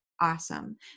awesome